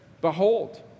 Behold